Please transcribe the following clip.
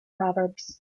proverbs